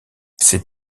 ces